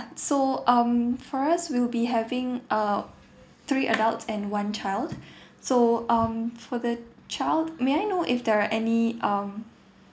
so um for us we'll be having uh three adults and one child so um for the child may I know if there are any um